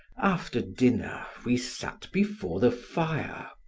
after dinner we sat before the fire.